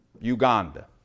Uganda